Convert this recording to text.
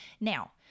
Now